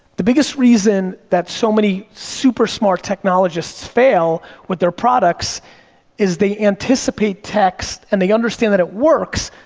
the biggest reason that so many super-smart technologists fail with their products is they anticipate techs and they understand that it works,